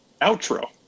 outro